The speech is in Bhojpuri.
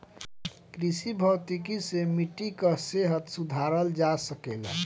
कृषि भौतिकी से मिट्टी कअ सेहत सुधारल जा सकेला